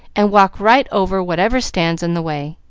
and walk right over whatever stands in the way.